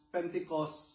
Pentecost